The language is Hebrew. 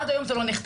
עד היום זה לא נחתם.